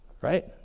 right